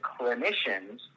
clinicians